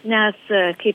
nesą kaip